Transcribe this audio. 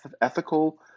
ethical